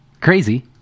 crazy